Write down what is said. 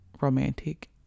romantic